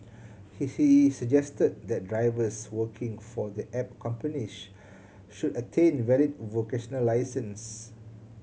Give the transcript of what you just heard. he he suggested that drivers working for the app companies should attain valid vocational licences